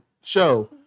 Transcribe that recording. show